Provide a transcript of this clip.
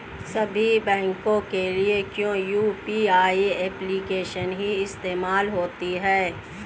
सभी बैंकों के लिए क्या यू.पी.आई एप्लिकेशन ही इस्तेमाल होती है?